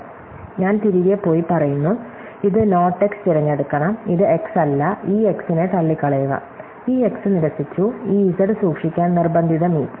അതിനാൽ ഞാൻ തിരികെ പോയി പറയുന്നു ഇത് നോട്ട് x തിരഞ്ഞെടുക്കണം ഇത് x അല്ല ഈ x നെ തള്ളിക്കളയുക ഈ x നിരസിച്ചു ഈ z സൂക്ഷിക്കാൻ നിർബന്ധിത മീറ്റ്